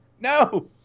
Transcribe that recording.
No